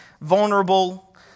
vulnerable